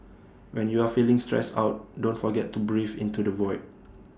when you are feeling stressed out don't forget to breathe into the void